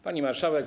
Pani Marszałek!